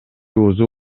бузуу